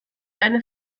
eine